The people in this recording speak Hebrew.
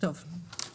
5-3 אושרו.